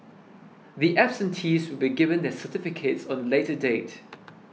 the absentees will be given their certificates on a later date